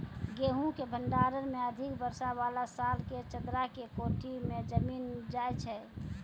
गेहूँ के भंडारण मे अधिक वर्षा वाला साल मे चदरा के कोठी मे जमीन जाय छैय?